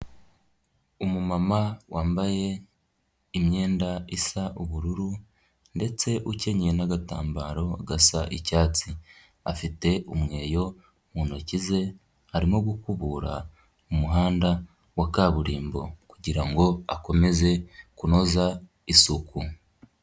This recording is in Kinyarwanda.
Umumama wambaye imyenda isa ubururu ndetse ukenyeye n'agatambaro gasa icyatsi afite umweyo mu ntoki ze, arimo gukubura umuhanda wa kaburimbo kugirango akomeze kunoza isuku.